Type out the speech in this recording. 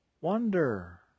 Wonder